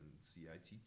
CIT